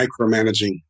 micromanaging